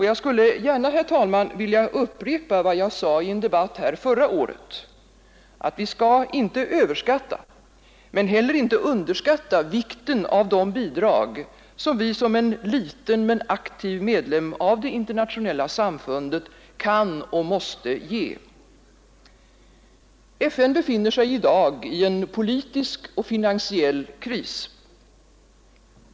Jag skulle gärna, herr talman, vilja upprepa vad jag sade i en debatt här förra året: Vi skall inte överskatta men heller inte underskatta vikten av de bidrag som vi som en liten men aktiv medlem av det internationella samfundet kan och måste ge. FN befinner sig i dag i en politisk och finansiell kris.